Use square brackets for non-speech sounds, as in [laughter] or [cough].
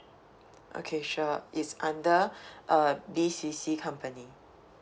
okay sure it's under [breath] uh B_C_C company